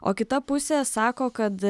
o kita pusė sako kad